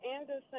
Anderson